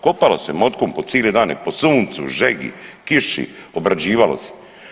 Kopalo se motikom po cile dane po suncu, žegi, kiši, obrađivalo se.